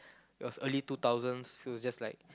it was early two thousands feel it's just like